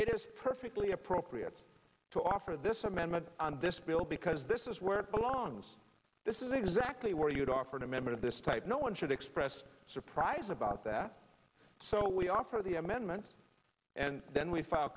is perfectly appropriate to offer this amendment on this bill because this is where it belongs this is exactly where you'd offered a member of this type no one should express surprise about that so we offer the amendment and then we file